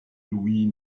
louis